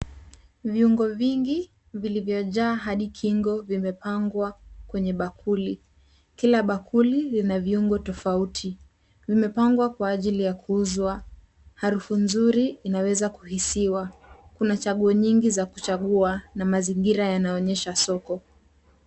Viungo vingi vilivyojaa hadi kingo vimepangwa kwenye bakuli. Kila bakuli lina viungo tofauti. Vimepangwa kwa ajili ya kuuzwa. Harufu nzuri inaweza kuhisiwa. Kuna chaguo nyingi za kuchagua na mazingira yanaonyesha soko.